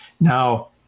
now